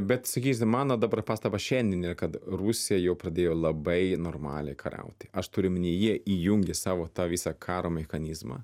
bet sakysim mano dabar pastaba šiandien yra kad rusija jau pradėjo labai normaliai kariauti aš turiu omeny jie įjungė savo tą visą karo mechanizmą